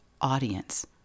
audience